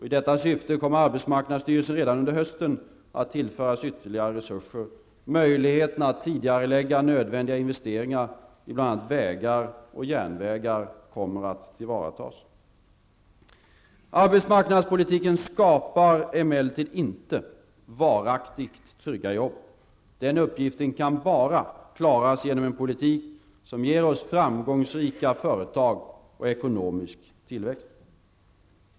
I detta syfte kommer arbetsmarknadsstyrelsen redan under hösten att tillföras ytterligare resurser. Möjligheten att tidigarelägga nödvändiga investeringar i bl.a. vägar och järnvägar kommer att tillvaratas. Arbetsmarknadspolitiken skapar emellertid inte varaktigt trygga jobb. Den uppgiften kan bara klaras genom en politik som ger oss framgångsrika företag och ekonomisk tillväxt.